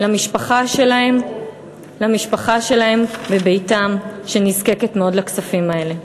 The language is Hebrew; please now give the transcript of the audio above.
למשפחה שלהם בביתם, שנזקקת מאוד לכספים האלה.